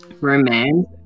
Romance